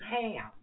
ham